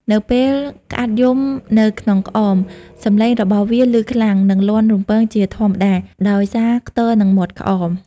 នៅពេលក្អាត់យំនៅក្នុងក្អម សំឡេងរបស់វាឮខ្លាំង និងលាន់រំពងជាងធម្មតា ដោយសារខ្ទរនឹងមាត់ក្អម។